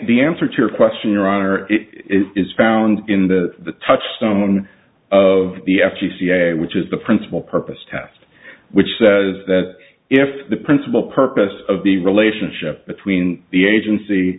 the answer to your question your honor it is found in the touchstone of the f c c a which is the principal purpose test which says that if the principal purpose of the relationship between the agency